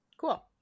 cool